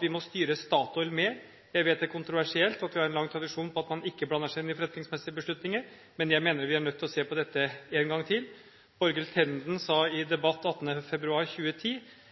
«Vi må styre Statoil mer. Jeg vet det er kontroversielt, og vi har en lang norsk tradisjon på at man ikke blander seg inn i forretningsmessige beslutninger, men jeg mener vi er nødt til å se på dette en gang til.» Borghild Tenden sa i en debatt 18. februar 2010: